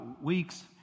weeks